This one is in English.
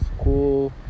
school